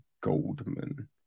Goldman